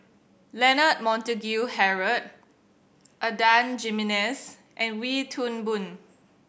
Leonard Montague Harrod Adan Jimenez and Wee Toon Boon